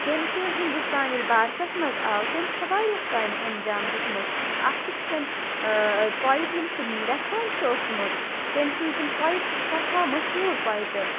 تٔمۍ چھُ ہندوستان ییٚلہِ بارسس منٛز آو تٔمۍ چھےٚ واریاہ کامہِ انجام دِژٕ مژٕ اکھ تہِ چھِ تٔمۍ پویٹ ییٚمۍ سُنٛد لیٚکھان چھُ اوسمُت تٔمۍ سٕنٛز تِم پویٹ چھےٚ سٮ۪ٹھاہ مشہوٗر پویٹہٕ